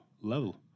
level